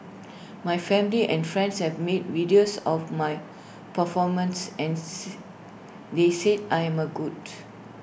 my family and friends have mid videos of my performances and they said I am A good